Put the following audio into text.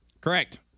Correct